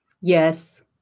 Yes